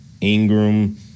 Ingram